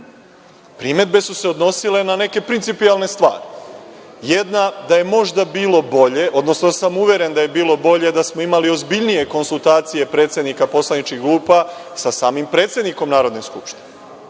problem. Primedbe su se odnosile na neke principijelne stvari. Jedna, da je možda bilo bolje, odnosno uveren sam da bi bilo bolje da smo imali ozbiljnije konsultacije predsednika poslaničkih grupa sa samim predsednikom Narodne skupštine,